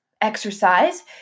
exercise